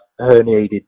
herniated